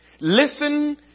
Listen